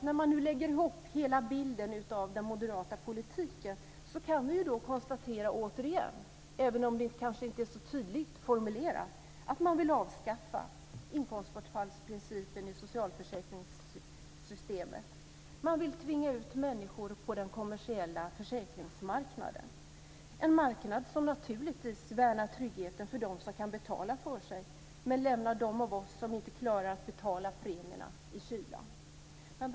När man lägger ihop hela bilden av den moderata politiken kan vi återigen konstatera, även om det kanske inte är så tydligt formulerat, att man vill avskaffa inkomstbortfallsprincipen i socialförsäkringssystemet och tvinga ut människor på den kommersiella försäkringsmarknaden. Det är en marknad som naturligtvis värnar tryggheten för dem som kan betala för sig men lämnar dem av oss som inte klarar att betala premierna i kylan.